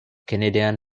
canadian